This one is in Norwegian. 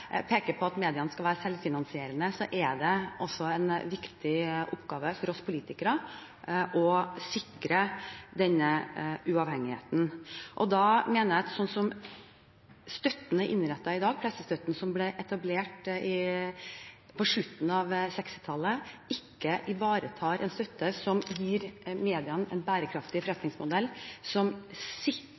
peker på at mediene skal være selvfinansierende, er det også en viktig oppgave for oss politikere å sikre denne uavhengigheten. Da mener jeg at støtten slik den er innrettet i dag – pressestøtten som ble etablert på slutten av 1960-tallet – ikke ivaretar det å gi mediene en bærekraftig forretningsmodell, som